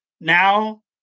now